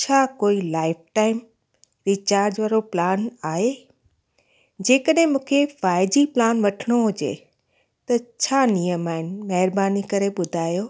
छा कोई lifetime recharge वारो प्लान आहे जेकॾहिं मूंखे फाइव जी प्लान वठिणो हुजे त छा नेमु आहिनि महिरबानी करे ॿुधायो